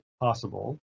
possible